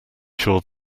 sure